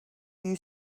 you